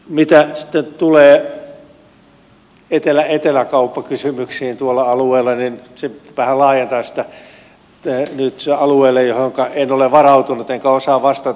mitä sitten tulee eteläetelä kauppakysymyksiin tuolla alueella niin tämä vähän laajenee nyt alueelle johonka en ole varautunut enkä osaa vastata